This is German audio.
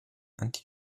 anti